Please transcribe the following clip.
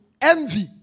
envy